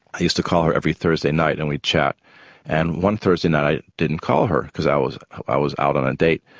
i used to call her every thursday night and we'd chat and one thursday night i didn't call her because i was i was out on a date.